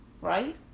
right